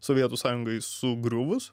sovietų sąjungai sugriuvus